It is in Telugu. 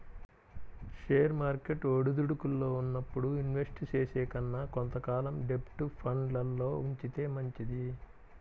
షేర్ మార్కెట్ ఒడిదుడుకుల్లో ఉన్నప్పుడు ఇన్వెస్ట్ చేసే కన్నా కొంత కాలం డెబ్ట్ ఫండ్లల్లో ఉంచితే మంచిది